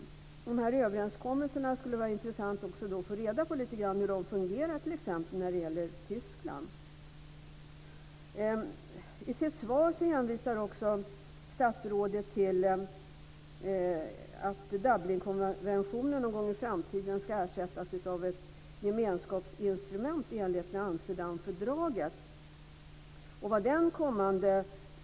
Det skulle vara intressant att få reda på lite grann hur dessa överenskommelser fungerar, t.ex. när det gäller Tyskland. I sitt svar hänvisar statsrådet till att Dublinkonventionen någon gång i framtiden ska ersättas av ett gemenskapsinstrument i enlighet med Amsterdamfördraget.